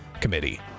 committee